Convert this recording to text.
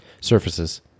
surfaces